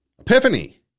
Epiphany